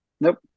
nope